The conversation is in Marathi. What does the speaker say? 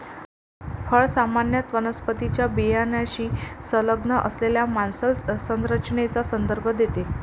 फळ सामान्यत वनस्पतीच्या बियाण्याशी संलग्न असलेल्या मांसल संरचनेचा संदर्भ देते